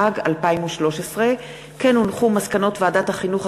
התשע"ג 2013. מסקנות ועדת החינוך,